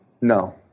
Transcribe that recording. No